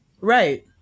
Right